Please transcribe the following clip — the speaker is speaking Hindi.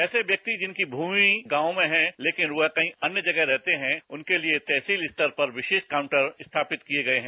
ऐसे व्यक्ति जिनकी भूमि गांव में है लेकिन वह कहीं अन्य जगह रहते हैं उनके लिए तहसील स्तर पर विशेष काउंटर स्थापित किये गये हैं